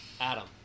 Adam